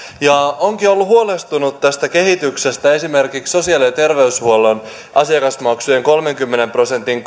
olenkin ollut huolestunut tästä kehityksestä esimerkiksi sosiaali ja terveyshuollon asiakasmaksujen kolmenkymmenen prosentin